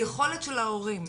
היכולת של ההורים,